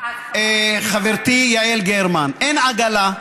חברתי יעל גרמן, אין עגלה,